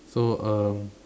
so um